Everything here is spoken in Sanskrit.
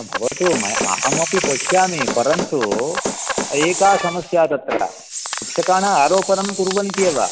भवतु मय् अहमपि पश्यामि परन्तु एका समस्या तत्र वृक्षकाणाम् आरोपणं कुर्वन्ति एव